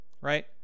right